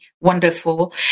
wonderful